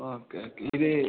okay okay ഇത്